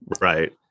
right